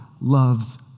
loves